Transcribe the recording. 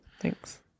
Thanks